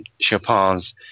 Chopin's